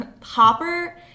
hopper